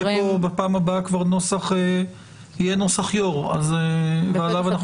יהיה פה בפעם הבאה כבר נוסח יו"ר ועליו אנחנו נצביע.